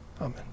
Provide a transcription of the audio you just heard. Amen